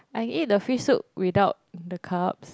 I eat the fish soup without the carbs